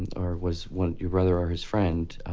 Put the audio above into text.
um was was your brother or his friend.